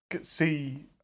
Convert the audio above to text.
see